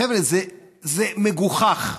חבר'ה, זה מגוחך.